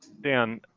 dan,